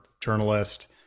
journalist